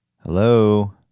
Hello